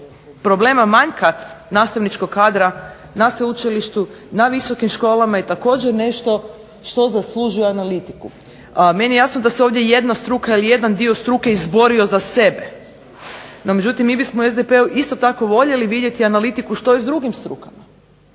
problema manjka nastavničkog kadra na sveučilištu, na visokim školama je također nešto što zaslužuje analitiku. Meni je jasno da se jedna struka ili jedan dio struke izborio za sebe, no međutim mi bismo u SDP-u isto tako voljeli vidjeti analitiku što je s drugim strukama,